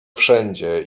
wszędzie